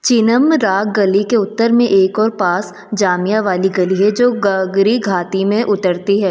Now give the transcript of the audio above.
चिनमराग गली के उत्तर में एक और पास जामियावाली गली है जो गगरी घाटी में उतरती है